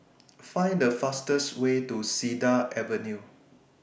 Find The fastest Way to Cedar Avenue